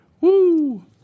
Woo